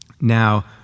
Now